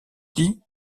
dit